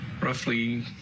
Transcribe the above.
Roughly